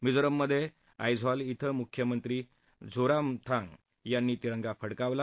मिझोराममधे ऐज्वाल श्विं मुख्यमंत्री झोरामथंगा यांनी तिरंगा फडकावला